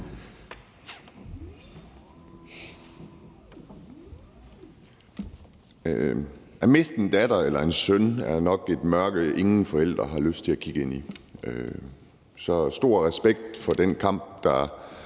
At miste en datter eller en søn er jo nok et mørke, ingen forældre har lyst til at kigge ind i. Så stor respekt for den kamp, der